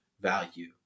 value